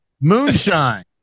Moonshine